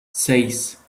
seis